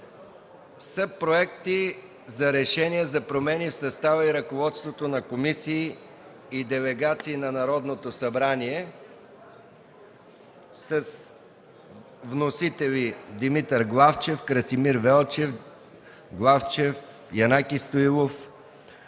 е: Проекти за решения за промени в състава и ръководствата на комисии и делегации на Народното събрание. Вносители – Димитър Главчев, Красимир Велчев и Димитър Главчев, Янаки Стоилов.